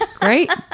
great